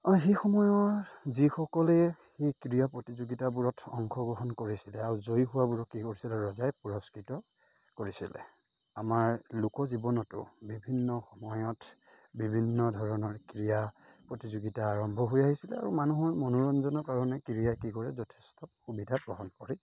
অঁ সেই সময়ৰ যিসকলে সেই ক্ৰীড়া প্ৰতিযোগিতাবোৰত অংশগ্ৰহণ কৰিছিলে আৰু জয়ী হোৱাবোৰক কি কৰিছিলে ৰজাই পুৰস্কৃত কৰিছিলে আমাৰ লোকজীৱনতো বিভিন্ন সময়ত বিভিন্ন ধৰণৰ ক্ৰীড়া প্ৰতিযোগিতা আৰম্ভ হৈ আহিছিলে আৰু মানুহৰ মনোৰঞ্জনৰ কাৰণে ক্ৰীড়াই কি কৰে যথেষ্ট সুবিধা গ্ৰহণ কৰি